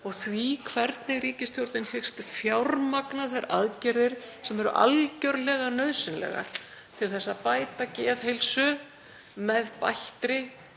og hvernig ríkisstjórnin hyggst fjármagna þær aðgerðir sem eru algjörlega nauðsynlegar til að bæta geðheilsu með bættri